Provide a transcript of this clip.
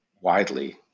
widely